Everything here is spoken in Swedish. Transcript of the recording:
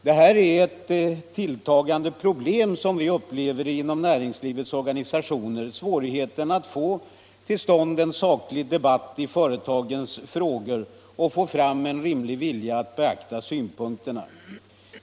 Inom näringslivets organisationer upplever man en tilltagande svårighet att få till stånd en saklig debatt i företagsfrågorna och en bristande vilja att beakta de framförda synpunkterna.